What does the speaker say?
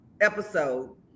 episode